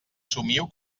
somio